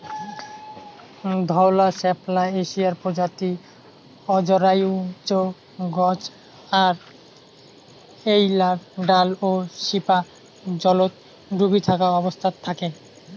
ধওলা শাপলা এশিয়ার প্রজাতি অজরায়ুজ গছ আর এ্যাইলার ডাল ও শিপা জলত ডুবি থাকা অবস্থাত থাকে